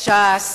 ש"ס.